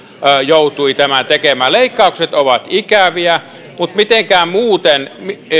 joutui tämän tekemään leikkaukset ovat ikäviä mutta mitenkään muuten